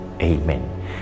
amen